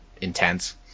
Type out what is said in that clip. intense